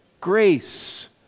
Grace